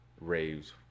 Raves